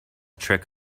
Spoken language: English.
trick